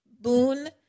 boon